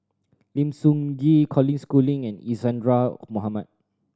Lim Sun Gee Colin Schooling and Isadhora Mohamed